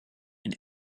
and